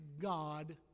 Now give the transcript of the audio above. God